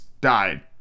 died